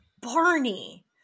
Barney